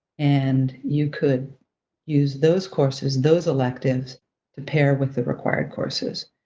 and you could use those courses, those electives to pair with the required courses.